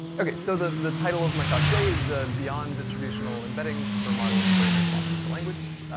okay, so the the title of my talk today is, beyond distributional embeddings for modeling brain responses to language.